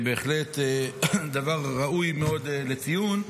בהחלט דבר ראוי מאוד לציון.